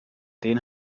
den